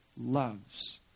loves